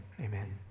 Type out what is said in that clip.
Amen